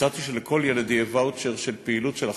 הצעתי שלכל ילד יהיה ואוצ'ר של פעילות של אחר-הצהריים,